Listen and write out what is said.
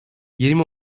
yirmi